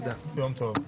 יום טוב.